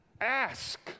Ask